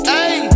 Hey